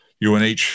UNH